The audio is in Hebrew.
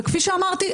וכפי שאמרתי,